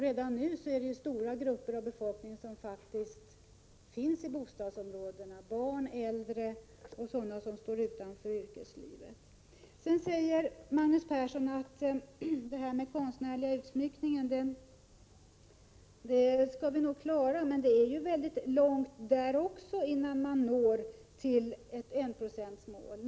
Redan nu finns det stora befolkningsgrupper i bostadsområdena — barn och äldre människor — som står utanför yrkeslivet. Magnus Persson säger att man nog skall klara den konstnärliga utsmyckningen. Men det tar väldigt lång tid innan enprocentsmålet är nått.